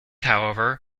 however